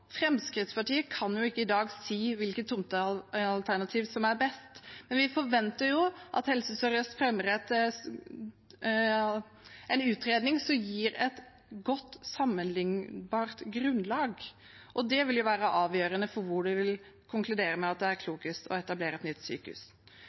Fremskrittspartiet kan ikke i dag si hvilket tomtealternativ som er best, men vi forventer at Helse Sør-Øst fremmer en utredning som gir et godt sammenlignbart grunnlag. Det vil være avgjørende for hvor en vil konkludere at det er